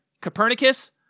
Copernicus